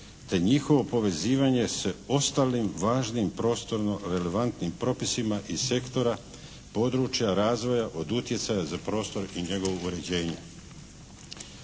te njihovo povezivanje sa ostalim važnim prostorno relevantnim propisima iz sektora područja razvoja od utjecaja za prostor i njegovo uređenje.